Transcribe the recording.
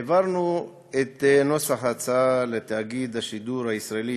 העברנו את נוסח ההצעה לתאגיד השידור הישראלי,